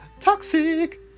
toxic